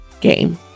game